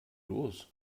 los